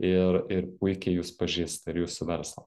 ir ir puikiai jus pažįsta ir jūsų verslą